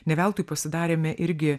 ne veltui pasidarėme irgi